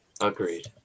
Agreed